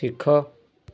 ଶିଖ